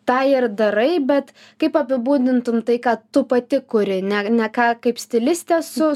tą ir darai bet kaip apibūdintum tai ką tu pati kuri ne ne ką kaip stilistė su